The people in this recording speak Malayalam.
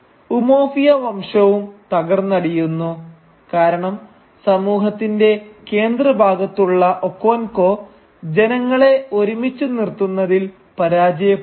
ഉമൊഫിയ വംശവും തകർന്നടിയുന്നു കാരണം സമൂഹത്തിന്റെ കേന്ദ്ര ഭാഗത്തുള്ള ഒക്കോൻകോ ജനങ്ങളെ ഒരുമിച്ചു നിർത്തുന്നതിൽ പരാജയപ്പെടുന്നു